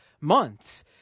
months